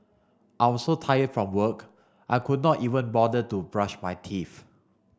I was so tired from work I could not even bother to brush my teeth